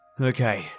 Okay